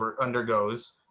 undergoes